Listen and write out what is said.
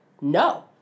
no